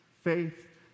faith